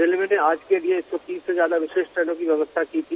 railway ने आज के लिये एक सौ तीस से ज्यादा विशेष ट्रेनों की व्यवस्था की थी